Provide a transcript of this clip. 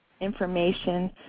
information